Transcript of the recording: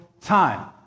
time